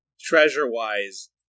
treasure-wise